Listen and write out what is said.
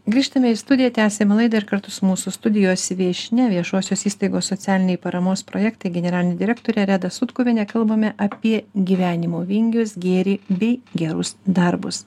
grįžtame į studiją tęsiame laidą ir kartu su mūsų studijos viešnia viešosios įstaigos socialiniai paramos projektai generaline direktore reda sutkuviene kalbame apie gyvenimo vingius gėrį bei gerus darbus